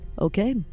Okay